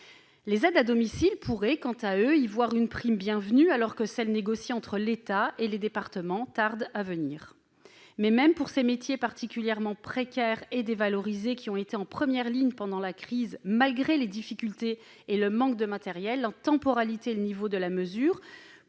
Les aides à domicile pourraient, quant à eux, y voir une prime bienvenue, alors que celle négociée entre l'État et les départements tarde à venir. Toutefois, même pour ces métiers particulièrement précaires et dévalorisés, qui ont été en première ligne pendant la crise malgré les difficultés et le manque de matériel, la temporalité et le niveau de la mesure